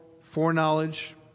foreknowledge